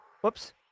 whoops